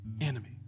enemy